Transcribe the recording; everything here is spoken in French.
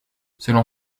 selon